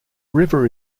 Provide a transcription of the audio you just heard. river